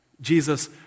Jesus